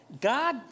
God